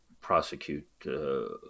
prosecute